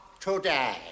today